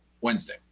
Wednesday